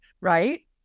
right